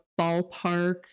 ballpark